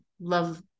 love